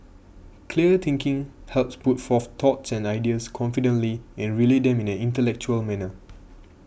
clear thinking helps put forth thoughts and ideas confidently and relay them in an intellectual manner